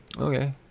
Okay